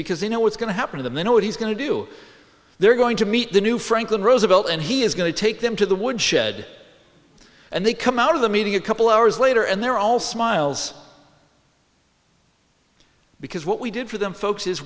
because they know what's going to happen to them they know what he's going to do they're going to meet the new franklin roosevelt and he is going to take them to the woodshed and they come out of the meeting a couple hours later and they're all smiles because what we did for them folks is